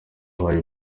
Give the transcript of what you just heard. bahaye